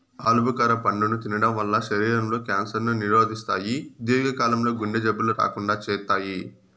ఆలు భుఖర పండును తినడం వల్ల శరీరం లో క్యాన్సర్ ను నిరోధిస్తాయి, దీర్ఘ కాలం లో గుండె జబ్బులు రాకుండా చేత్తాయి